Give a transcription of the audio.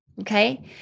Okay